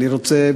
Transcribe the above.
אני רוצה,